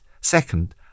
Second